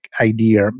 idea